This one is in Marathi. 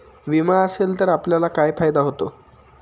विमा असेल तर आपल्याला काय फायदा होतो?